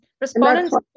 respondents